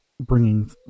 bringing